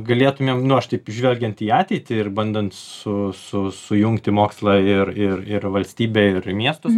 galėtumėm nu aš taip žvelgiant į ateitį ir bandant su su sujungti mokslą ir ir ir valstybę ir miestus